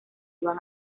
iban